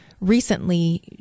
recently